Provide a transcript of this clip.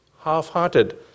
half-hearted